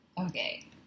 Okay